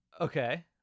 Okay